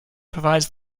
provides